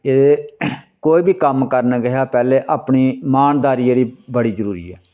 एह् कोई बी कम्म करना कशा पैह्लैं अपनी ईमानदारी जेह्ड़ी बड़ी जरूरी ऐ